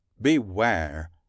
beware